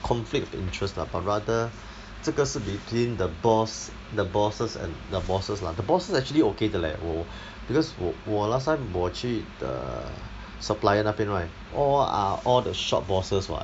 conflict of interest lah but rather 这个是 between the boss the bosses an~ the bosses lah the bosses actually okay 的 leh 我 because 我我 last time 我去 ah supplier 那边 right all are all the shop bosses [what]